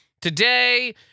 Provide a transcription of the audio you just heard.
Today